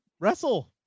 wrestle